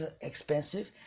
expensive